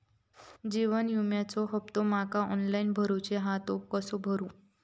जीवन विम्याचो हफ्तो माका ऑनलाइन भरूचो हा तो कसो भरू?